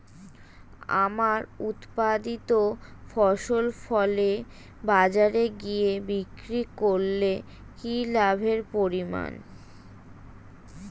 আমার উৎপাদিত ফসল ফলে বাজারে গিয়ে বিক্রি করলে কি লাভের পরিমাণ?